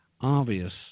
obvious